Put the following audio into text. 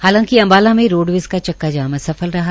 हालांकि अम्बाला में रोडवेज़ का चक्का जाम असफल रहा